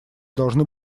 должны